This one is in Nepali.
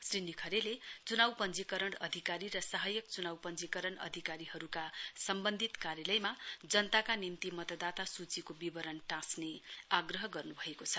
श्री निखरेले चुनाउ पञ्चीकरण अधिकारी र सहायक चुनाउ पञ्चीकरण अधिकारीहरू सम्बन्धित कार्यलयमा जनताका निम्ति मतदाता सूचीको विवरण टौंस्रे आग्रह गर्नु भएको छ